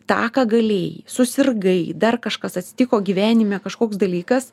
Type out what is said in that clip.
tą ką galėjai susirgai dar kažkas atsitiko gyvenime kažkoks dalykas